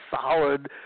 solid